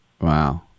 wow